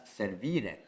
servire